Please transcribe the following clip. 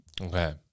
Okay